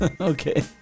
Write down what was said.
Okay